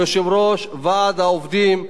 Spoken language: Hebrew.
יושב-ראש ועד העובדים,